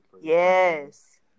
Yes